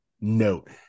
note